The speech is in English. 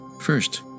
First